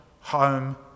home